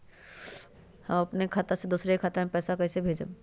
हम अपने खाता से दोसर के खाता में पैसा कइसे भेजबै?